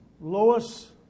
Lois